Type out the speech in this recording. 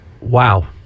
Wow